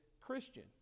Christian